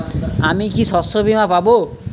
আমি কি শষ্যবীমা পাব?